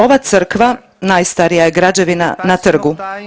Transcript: Ova crkva najstarija je građevina na trgu.